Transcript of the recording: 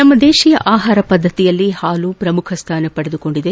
ನಮ್ನ ದೇತೀಯ ಆಹಾರ ಪದ್ದತಿಯಲ್ಲಿ ಹಾಲು ಪ್ರಮುಖ ಸ್ಥಾನ ಪಡೆದಿದೆ